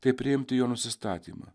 tai priimti jo nusistatymą